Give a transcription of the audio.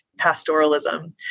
pastoralism